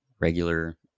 regular